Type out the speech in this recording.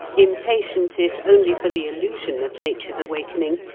impatient if only for the illusion of nature's awakening,